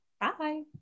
Bye